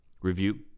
review